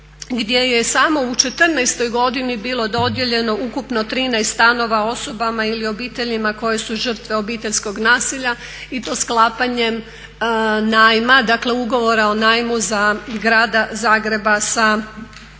gdje je samo u '14. godini bilo dodijeljeno ukupno 13 stanova osobama ili obiteljima koje su žrtve obiteljskog nasilja i to sklapanjem najma, dakle ugovora o najmu Grada Zagreba sa osobama